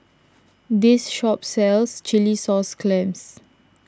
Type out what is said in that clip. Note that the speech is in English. this shop sells Chilli Sauce Clams